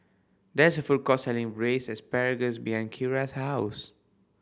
there is a food court selling Braised Asparagus behind Keira's house